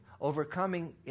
Overcoming